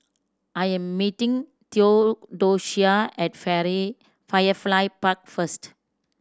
I am meeting Theodocia at Firefly Park first